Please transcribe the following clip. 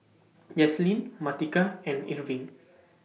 Jaslyn Martika and Irving